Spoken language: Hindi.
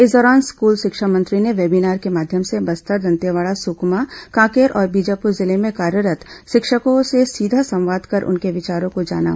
इस दौरान स्कूल शिक्षा मंत्री ने वेबीनार के माध्यम से बस्तर दंतेवाड़ा सुकमा कांकेर और बीजापुर जिले में कार्यरत् शिक्षकों से सीधा संवाद कर उनके विचारों को जाना